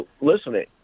listening